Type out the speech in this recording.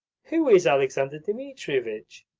who is alexander dmitrievitch?